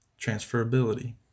transferability